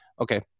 Okay